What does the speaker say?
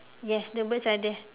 yes the birds are there